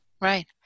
Right